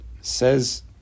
says